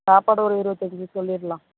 சாப்பாடு ஒரு இருபத்தஞ்சி சொல்லிரலாம்